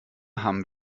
haben